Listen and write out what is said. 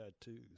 tattoos